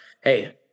hey